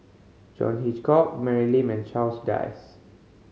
John Hitchcock Mary Lim and Charles Dyce